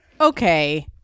Okay